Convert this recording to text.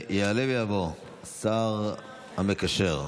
יעלה ויבוא לסכם את הדיון השר המקשר,